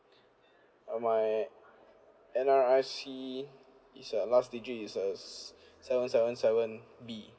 uh my N_R_I_C is uh last digit is uh seven seven seven B